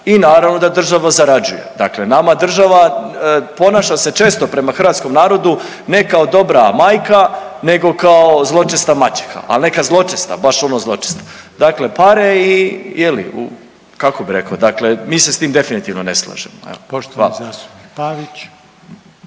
i naravno da država zarađuje. Dakle, nama država ponaša se često prema hrvatskom narodu ne kao dobra majka neko zločesta maćeha, ali neka zločesta baš ono zločesta. Dakle, pare i je li, kako bi rekao, dakle mi se s tim definitivno ne slažemo je li. Hvala.